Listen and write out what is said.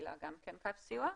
שמפעילה גם קו סיוע.